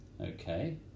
okay